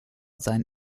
sein